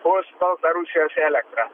bus baltarusijos elektra